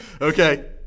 Okay